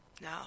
No